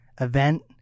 event